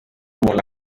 umuntu